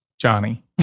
Johnny